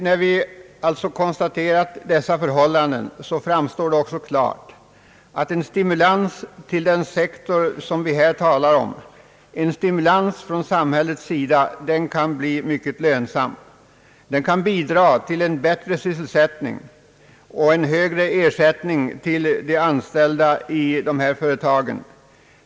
När vi konstaterat dessa förhållanden framstår det också klart att en stimulans från samhällets sida till den sektor vi här talar om kan bli mycket lönsam. Den kan bidra till bättre sysselsättning och högre ersättning till de anställda i dessa företag.